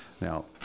Now